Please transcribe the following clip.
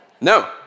No